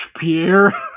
Pierre